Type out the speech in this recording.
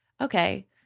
okay